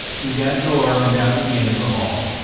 through that door, and down to the end of the hall.